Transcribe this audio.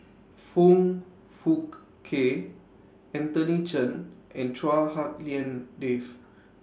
Foong Fook Kay Anthony Chen and Chua Hak Lien Dave